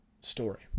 story